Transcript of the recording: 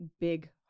big